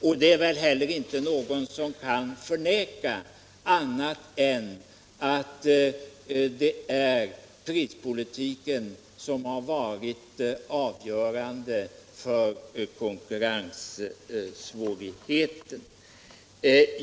Det är väl heller inte någon som kan förneka att det är prispolitiken som har varit avgörande för konkurrenssvårigheten.